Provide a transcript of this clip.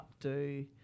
updo